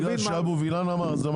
בגלל שאבו וילן אמר את זה?